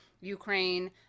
Ukraine